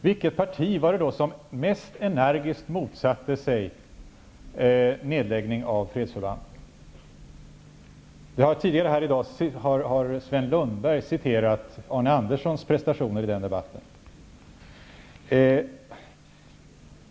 Vilket parti var det då som mest energiskt motsatte sig nedläggning av fredsförband? Tidigare här i dag har Sven Lundberg citerat Arne Anderssons prestationer i den debatten.